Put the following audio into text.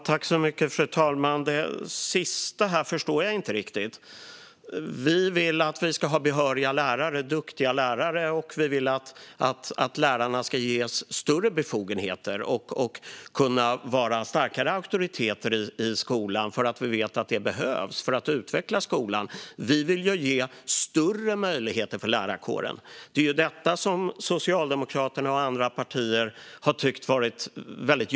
Fru talman! Det sista förstår jag inte riktigt. Vi vill ha behöriga och duktiga lärare, och vi vill att lärarna ska ges större befogenheter och kunna vara starkare auktoriteter i skolan. Vi vet att det behövs för att kunna utveckla skolan. Vi vill ge lärarkåren större möjligheter. Det är detta som Socialdemokraterna och andra partier har tyckt varit jobbigt.